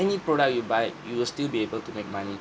any product you buy you will still be able to make money